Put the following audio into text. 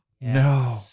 No